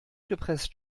gepresst